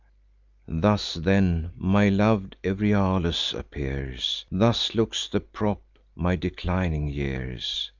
thus, then, my lov'd euryalus appears! thus looks the prop my declining years!